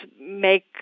make